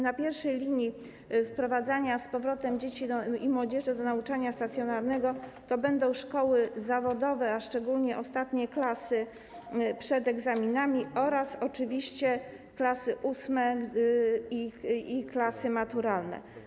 Na pierwszej linii wprowadzania z powrotem dzieci i młodzieży do nauczania stacjonarnego to będą szkoły zawodowe, a szczególnie ostatnie klasy przed egzaminami oraz oczywiście klasy VIII i klasy maturalne.